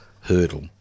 hurdle